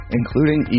including